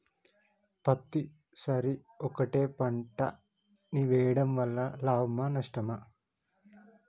పత్తి సరి ఒకటే పంట ని వేయడం వలన లాభమా నష్టమా?